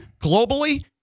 Globally